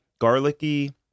garlicky